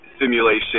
simulation